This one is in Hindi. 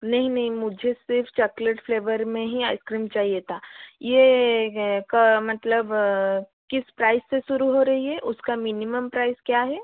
नहीं नहीं मुझे सिर्फ़ चकलेट फ़्लेवर में ही आइस क्रीम चाहिए था ये है का मतलब किस प्राइस से शुरू हो रही है उसका मिनिमम प्राइस क्या है